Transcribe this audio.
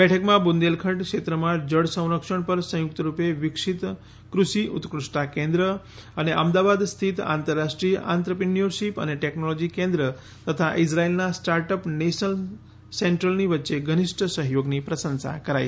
બેઠકમાં બુંદેલખંડ ક્ષેત્રમાં જળસંરક્ષણ પર સંયુક્ત રૂપે વિકસિત કૃષિ ઉત્કૃષ્ટતા કેન્દ્ર અને અમદાવાદ સ્થિત આંતરરાષ્ટ્રીય આંત્રપ્રિન્યોરશીપ અને ટેકનોલોજી કેન્દ્ર તથા ઇઝરાયલના સ્ટાર્ટઅપ નેશન્સ સેન્ટ્રલની વચ્ચે ઘનિષ્ઠ સહયોગની પ્રશંસા કરાઈ